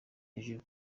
hejuru